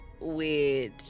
weird